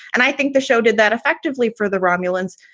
and i think the show did that effectively for the romulans,